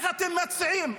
המציעים,